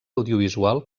audiovisual